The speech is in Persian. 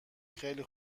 خیلی